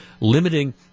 limiting